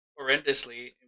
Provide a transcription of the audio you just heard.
horrendously